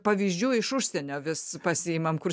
pavyzdžių iš užsienio vis pasiimam kur